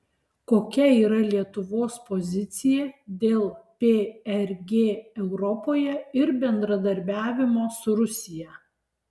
kokia yra lietuvos pozicija dėl prg europoje ir bendradarbiavimo su rusija